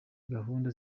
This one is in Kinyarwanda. gahunda